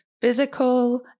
physical